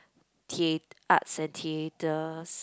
thea~ arts and theatre